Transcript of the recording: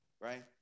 right